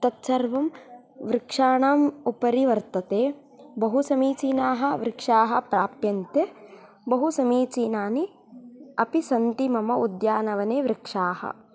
तत्सर्वं वृक्षाणाम् उपरि वर्तते बहुसमीचीनाः वृक्षाः प्राप्यन्ते बहुसमीचीनानि अपि सन्ति मम उद्यानवने वृक्षाः